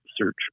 search